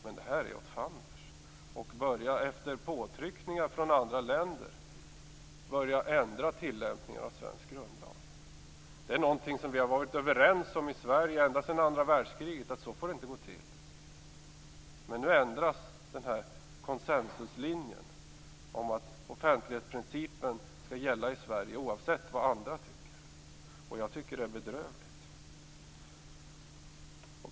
Men det är åt fanders att efter påtryckningar från andra länder börja ändra tillämpningen av svensk grundlag. Vi har ända sedan andra världskriget varit överens i Sverige om att det inte får gå till så. Men nu ändras konsensuslinjen om att offentlighetsprincipen skall gälla i Sverige oavsett vad andra tycker. Jag tycker att det är bedrövligt.